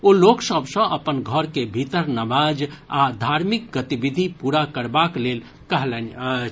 ओ लोक सभ सँ अपन घर के भीतर नमाज आ धार्मिक गतिविधि पूरा करबाक लेल कहलनि अछि